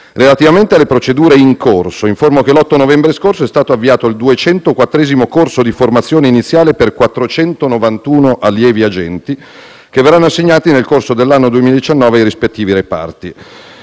Relativamente alle procedure in corso, informo che l'8 novembre scorso è stato avviato il 204° corso di formazione iniziale per 491 allievi agenti, che verranno assegnati nel corso dell'anno 2019 ai rispettivi reparti.